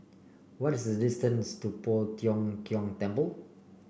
what is the distance to Poh Tiong Kiong Temple